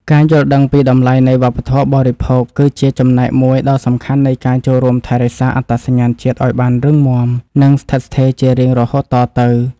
ការយល់ដឹងពីតម្លៃនៃវប្បធម៌បរិភោគគឺជាចំណែកមួយដ៏សំខាន់នៃការចូលរួមថែរក្សាអត្តសញ្ញាណជាតិឱ្យបានរឹងមាំ និង ស្ថិតស្ថេរជារៀងរហូតតទៅ។